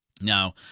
Now